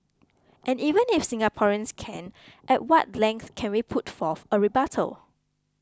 and even if Singaporeans can at what length can we put forth a rebuttal